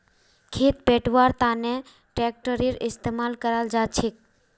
खेत पैटव्वार तनों ट्रेक्टरेर इस्तेमाल कराल जाछेक